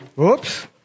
Oops